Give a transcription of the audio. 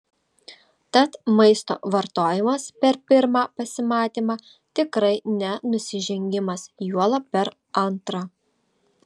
tad maisto vartojimas per pirmą pasimatymą tikrai ne nusižengimas juolab per antrą